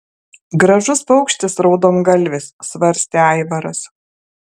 gražus paukštis raudongalvis svarstė aivaras